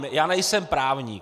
Já nejsem právník.